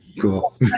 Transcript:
Cool